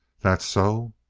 that so?